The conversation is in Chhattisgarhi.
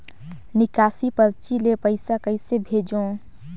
निकासी परची ले पईसा कइसे भेजों?